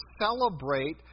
celebrate